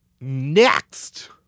Next